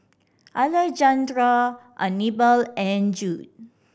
Alejandra Anibal and Jude